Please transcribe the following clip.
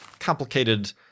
complicated